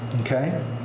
Okay